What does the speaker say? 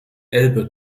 elbe